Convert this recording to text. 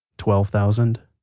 twelve thousand.